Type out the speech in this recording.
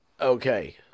Okay